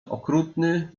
okrutny